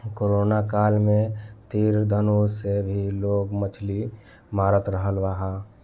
corona काल में तीर धनुष से भी लोग मछली मारत रहल हा